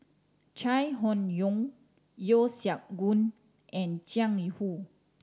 Chai Hon Yoong Yeo Siak Goon and Jiang Hu